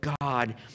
God